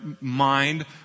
mind